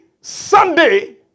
Sunday